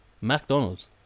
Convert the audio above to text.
McDonald's